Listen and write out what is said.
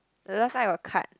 another kind of cut